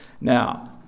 Now